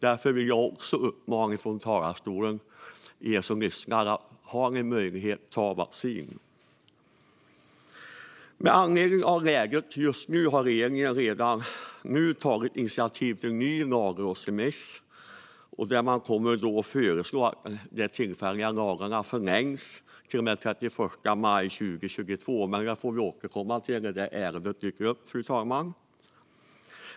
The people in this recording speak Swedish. Därför vill jag här från talarstolen uppmana er som lyssnar att, om möjligt, vaccinera er. Med anledning av läget just nu har regeringen redan tagit initiativ till en ny lagrådsremiss. Man kommer att föreslå att den tillfälliga lagen förlängs till och med den 31 maj 2022. Vi får återkomma till frågan när ärendet dyker upp.